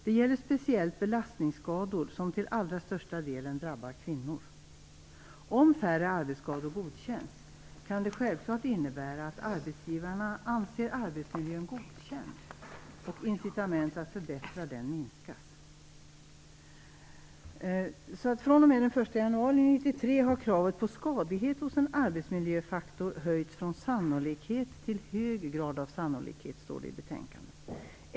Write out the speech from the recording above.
Det gäller speciellt belastningsskador, som till allra största delen drabbar kvinnor. Om färre arbetsskador godkänns kan det självklart innebära att arbetsgivarna anser arbetsmiljön godkänd och att incitamentet att förbättra den minskas. "fr.o.m. den 1 januari 1993 har kravet på skadlighet hos en arbetsmiljöfaktor höjts från sannolikhet till hög grad av sannolikhet", står det i betänkandet.